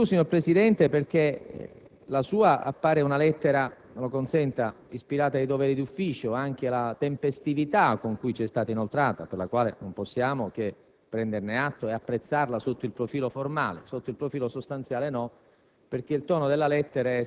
Ci saremmo attesi di più, signor Presidente, perché la sua appare una lettera - me lo consenta - ispirata ai doveri di ufficio, anche per la tempestività con cui ci è stata inoltrata; non possiamo che prenderne atto e apprezzarla sotto il profilo formale, ma non sotto il profilo sostanziale: